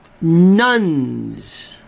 nuns